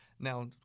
Now